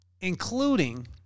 including